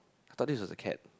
I thought this was a cat